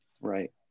Right